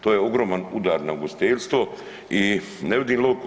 To je ogroman udar na ugostiteljstvo i ne vidim logiku.